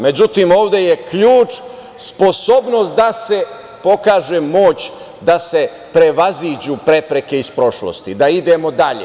Međutim ovde je ključ sposobnost da se pokaže moć da se prevaziđu prepreke iz prošlosti, da idemo dalje.